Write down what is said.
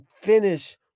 finish